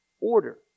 order